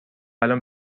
الان